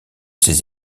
ses